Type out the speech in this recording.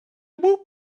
woot